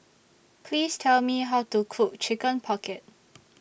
Please Tell Me How to Cook Chicken Pocket